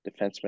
defenseman